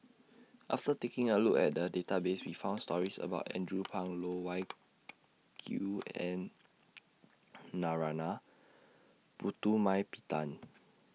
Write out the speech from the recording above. after taking A Look At The Database We found stories about Andrew Phang Loh Wai Kiew and Narana Putumaippittan